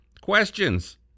questions